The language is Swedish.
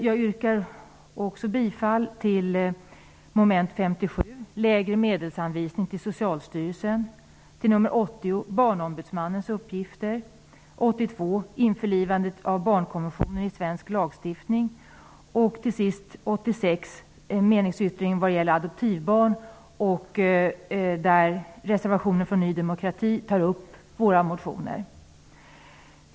Jag yrkar också bifall till mom. 57, lägre medelsanvisning till Socialstyrelsen, mom. 80, Barnombudsmannens uppgifter, mom. 82, införlivandet av barnkonventionen i svensk lagstiftning och till sist till mom. 86, som är en meningsyttring om adoptivbarn. Reservationen från Ny demokrati tar upp våra motioner.